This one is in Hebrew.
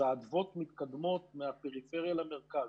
אז האדוות מתקדמות מהפריפריה למרכז.